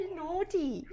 naughty